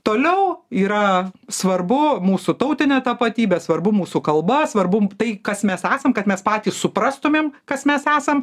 toliau yra svarbu mūsų tautinė tapatybė svarbu mūsų kalba svarbu tai kas mes esam kad mes patys suprastumėm kas mes esam